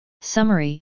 Summary